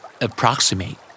Approximate